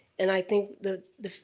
and i think that the,